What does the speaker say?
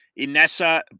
Inessa